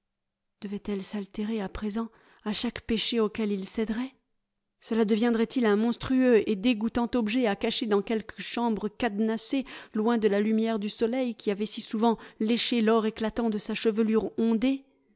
devait-elle s'altérer à présent à chaque péché auquel il céderait gela deviendrait-il un monstrueux et dégoûtant objet à cacher dans quelque chambre cadenassée loin de la lumière du soleil qui avait si souvent léché l'or éclatant de sa chevelure ondée